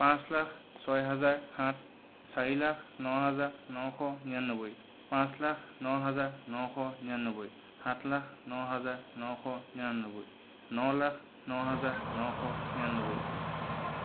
পাঁচ লাখ ছয় হাজাৰ সাত চাৰি লাখ ন হাজাৰ নশ নিৰান্নব্বৈ পাঁচ লাখ ন হাজাৰ নশ নিৰান্নব্বৈ সাত লাখ ন হাজাৰ নশ নিৰান্নব্বৈ ন লাখ ন হাজাৰ নশ নিৰান্নব্বৈ